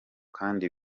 kandi